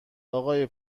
آقای